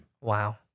Wow